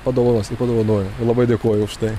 padovanos ir padovanojo labai dėkoju už tai